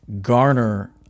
garner